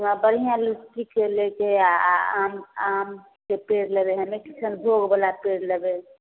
आ बढ़िआँ लीचीके लेके आम आमके पेड़ लेबै किशनभोग बला पेड़ लेबै